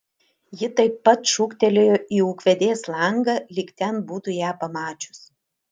ji taip pat šūktelėjo į ūkvedės langą lyg ten būtų ją pamačius